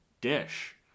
dish